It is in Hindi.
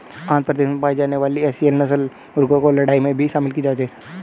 आंध्र प्रदेश में पाई जाने वाली एसील नस्ल के मुर्गों को लड़ाई में भी शामिल किया जाता है